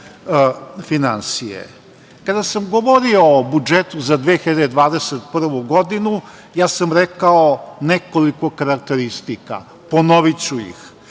Kada sam govorio o budžetu za 2021. godinu, ja sam rekao nekoliko karakteristika, ponoviću ih,